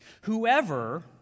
Whoever